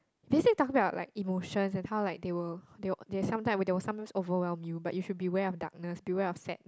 basically talking about like emotions and how like they will they will they sometimes they will sometimes overwhelm you buy if you beware of darkness beware of sad